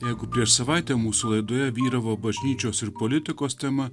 jeigu prieš savaitę mūsų laidoje vyravo bažnyčios ir politikos tema